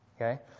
okay